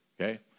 Okay